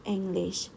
English